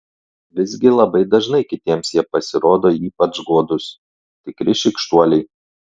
visgi labai dažnai kitiems jie pasirodo ypač godūs tikri šykštuoliai